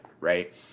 right